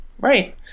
Right